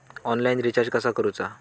Online recharge कसा करूचा?